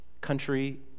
country